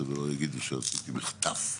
שלא יגידו שעשיתי בחטף.